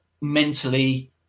mentally